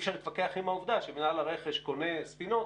אי אפשר להתווכח עם העובדה שמינהל הרכש קונה ספינות,